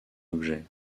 objet